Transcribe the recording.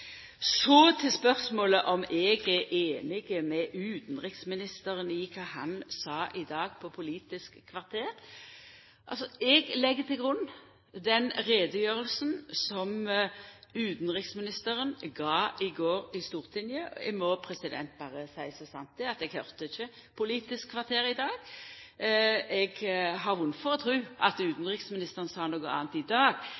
utanriksministeren i kva han sa i dag på Politisk kvarter. Eg legg til grunn den utgreiinga som utanriksministeren i går gav til Stortinget. Eg må berre seia som sant er at eg høyrde ikkje Politisk kvarter i dag, men eg har vondt for å tru at utanriksministeren sa noko anna i dag